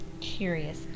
Curious